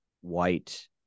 white